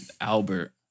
Albert